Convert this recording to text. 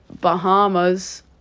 Bahamas